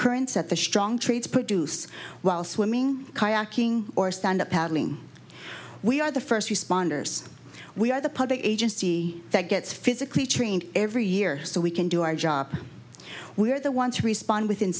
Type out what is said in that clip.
currents at the strong trades produce while swimming kayaking or stand up paddling we are the first responders we are the public agency that gets physically trained every year so we can do our job we are the ones to respond within